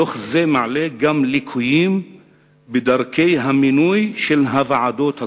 דוח זה מעלה גם ליקויים בדרכי המינוי של הוועדות הקרואות.